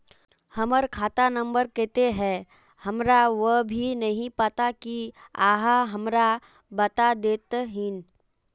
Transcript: हमर खाता नम्बर केते है हमरा वो भी नहीं पता की आहाँ हमरा बता देतहिन?